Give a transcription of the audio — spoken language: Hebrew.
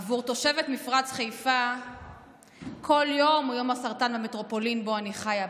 עבור תושבת מפרץ חיפה כל יום הוא יום הסרטן במטרופולין שבו אני חיה,